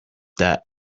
that